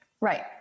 right